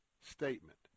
statement